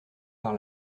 par